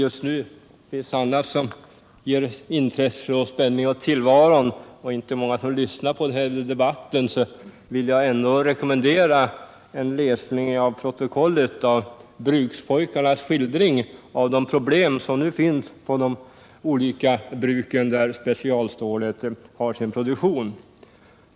Eftersom det finns annat som ger intresse och spänning åt tillvaron just nu och inte så många lyssnar på den här debatten, vill jag rekommendera till protokollet läsning av brukspojkarnas skildring av de problem man nu har på de olika bruk där specialstål produceras.